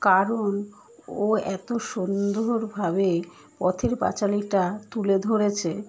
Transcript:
কারণ ও এত সুন্দরভাবে পথের পাঁচালীটা তুলে ধরেছে